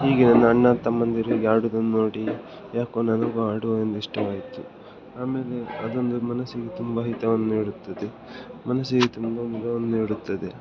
ಈಗೆ ನನ್ನ ಅಣ್ಣ ತಮ್ಮಂದಿರಿಗೆ ಆಡುವುದನ್ನು ನೋಡಿ ಯಾಕೊ ನನಗೂ ಆಡುವ ಎಂದು ಇಷ್ಟವಾಯಿತು ಆಮೇಲೆ ಅದೊಂದು ಮನಸ್ಸಿಗೆ ತುಂಬ ಹಿತವನ್ನು ನೀಡುತ್ತದೆ ಮನಸ್ಸಿಗೆ ತುಂಬ ಮುದವನ್ನು ನೀಡುತ್ತದೆ